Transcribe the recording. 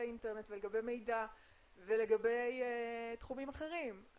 אינטרנט ולגבי מידע ולגבי תחומים אחרים.